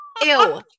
Ew